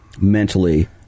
mentally